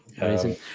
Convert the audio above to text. amazing